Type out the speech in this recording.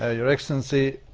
ah your excellency,